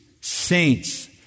saints